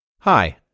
Hi